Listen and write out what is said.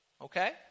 Okay